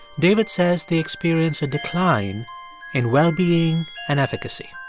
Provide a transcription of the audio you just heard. david says they experience a decline in well-being and efficacy